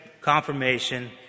confirmation